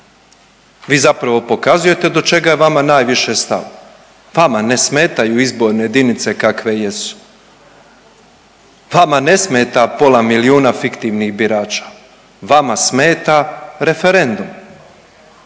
vi zapravo pokazujete do čega je vama najviše stalo. Vama ne smetaju izborne jedinice kakve jesu, vama ne smeta pola milijuna fiktivnih birača, vama smeta referendum.